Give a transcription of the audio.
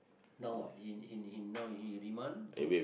now what he he he now he in remand or